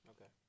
Okay